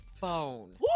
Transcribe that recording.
phone